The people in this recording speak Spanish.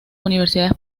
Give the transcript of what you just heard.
universidades